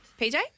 PJ